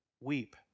weep